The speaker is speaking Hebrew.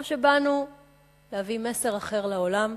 או שבאנו להביא מסר אחר לעולם,